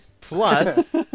plus